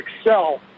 excel